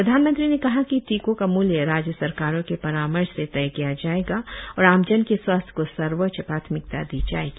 प्रधानमंत्री ने कहा कि टीकों का म्ल्य राज्य सरकारों के परामर्श से तय किया जायेगा और आमजन के स्वास्थ्य को सर्वोच्च प्राथमिकता दी जायेगी